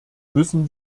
müssen